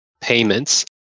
payments